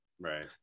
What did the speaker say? right